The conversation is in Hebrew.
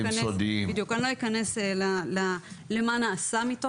אני לא אכנס למה נעשה מתוך זה.